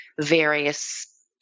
various